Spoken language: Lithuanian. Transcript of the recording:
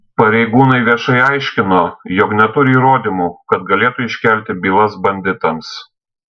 pareigūnai viešai aiškino jog neturi įrodymų kad galėtų iškelti bylas banditams